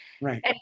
Right